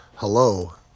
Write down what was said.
Hello